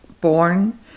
born